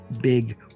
big